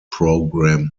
program